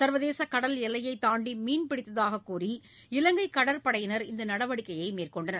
சர்வதேச கடல்எல்லையை தாண்டி மீன்பிடித்ததாக கூறி இலங்கை கடற்படையினர் இந்த நடவடிக்கையை மேற்கொண்டனர்